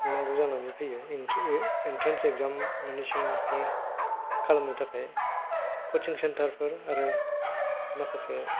खुंनांगौ जानानै फैयो entrance exam crack खालामनो थाखाय क'चिं सेन्टार फोर आरो माखासे